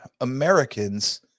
Americans